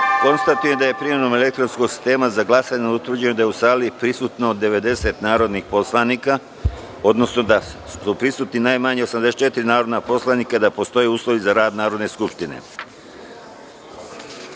glasanje. Konstatujem da je primenom elektronskog sistema za glasanje utvrđeno da je u sali prisutno 90 narodnih poslanika, odnosno da je prisutno najmanje 84 narodna poslanika i da postoje uslovi za rad Narodne skupštine. Danas